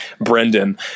Brendan